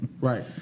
Right